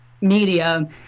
media